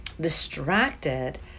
distracted